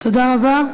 תודה רבה.